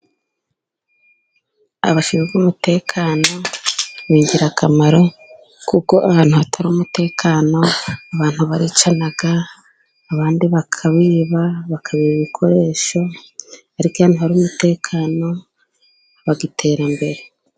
Abashinzwe umutekano n'ingirakamaro, kuko ahantu hatari umutekano abantu baricana abandi bakabiba, bakabiba ibikoresho ariko iyo ahantu hari umutekano haba iterambere.